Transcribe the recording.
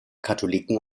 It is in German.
katholiken